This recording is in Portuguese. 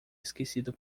esquecido